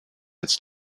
its